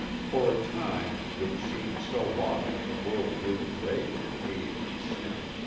for a time, which seemed so long that the world grew gray with age and sin,